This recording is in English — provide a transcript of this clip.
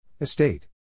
Estate